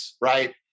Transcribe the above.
right